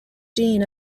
dean